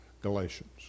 Galatians